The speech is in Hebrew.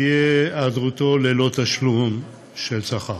תהיה ההיעדרות ללא תשלום שכר.